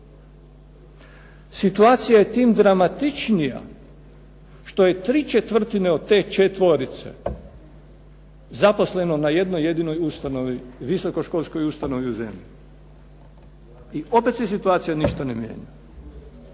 Situacija je tim dramatičnija što je tri četvrtine od te četvorice zaposleno na jednoj jedinoj ustanovi, visokoškolskoj ustanovi u zemlji. I opet se situacija ništa ne mijenja.